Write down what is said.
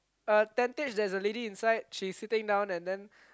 uh tentage there's a lady inside she's sitting down and then